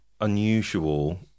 unusual